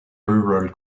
rural